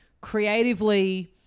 creatively